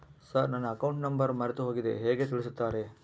Sir ನನ್ನ account number ಮರೆತುಹೋಗಿದೆ ಹೇಗೆ ತಿಳಿಸುತ್ತಾರೆ?